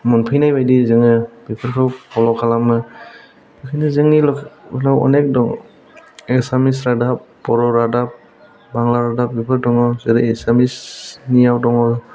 मोनफैनाय बायदि जोङो बेफोरखौ फल' खालामो जोंनि लकेल आव गोबां दं एसामिस रादाब बर' रादाब बांला रादाब दङ जेरै असमियानिआव दङ